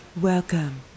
Welcome